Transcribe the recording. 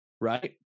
right